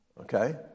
Okay